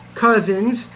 cousins